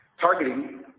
targeting